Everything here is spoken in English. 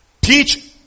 Teach